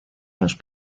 los